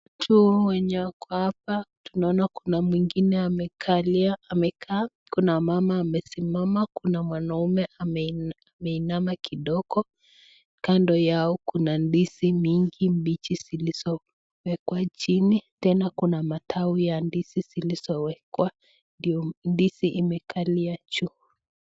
Watu wenye wako hapa, tunaona kuna mwingine amekaa, kuna mama amesimama, kuna mwanamme ameinama kidogo. Kando yao kuna ndizi mingi mbichi zilizowekwa chini, tena kuna matawi ya ndizi zilizowekwa ndio ndizi imekalia juu.